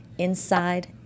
Inside